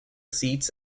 seats